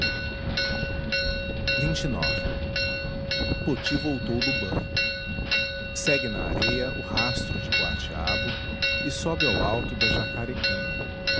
e amargo poti voltou do banho segue na areia o rastro de coatiabo e sobe ao alto da jacarecanga